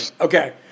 Okay